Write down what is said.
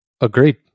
Agreed